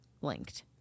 linked